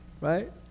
right